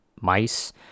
mice